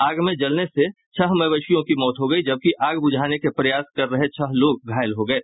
आग मे जलने से छह मवेशियों की मौत गयी जबकि आग बुझाने का प्रयास कर रहे छह लोग घायल हो गये